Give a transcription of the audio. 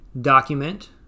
document